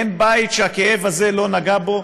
אין בית שהכאב הזה לא נגע בו.